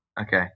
okay